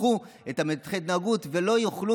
שיצטרכו את מנתחי ההתנהגות ולא יוכלו